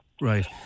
Right